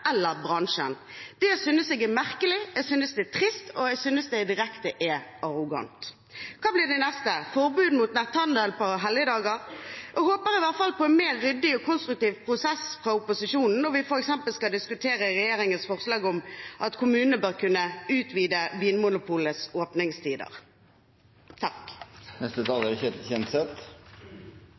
eller bransjen. Det synes jeg er merkelig, jeg synes det er trist, og jeg synes det er direkte arrogant. Hva blir det neste – forbud mot netthandel på helligdager? Jeg håper på en mer ryddig og konstruktiv prosess fra opposisjonen når vi f.eks. skal diskutere regjeringens forslag om at kommunene bør kunne utvide Vinmonopolets åpningstider.